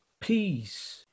peace